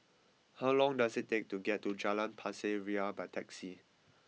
how long does it take to get to Jalan Pasir Ria by taxi